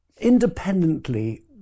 independently